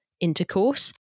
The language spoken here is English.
intercourse